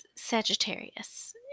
Sagittarius